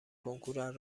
کنکوراز